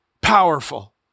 powerful